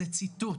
זה ציטוט,